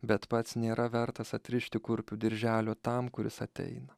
bet pats nėra vertas atrišti kurpių dirželio tam kuris ateina